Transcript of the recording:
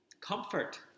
comfort